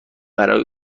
برای